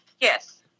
Yes